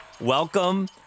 Welcome